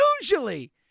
usually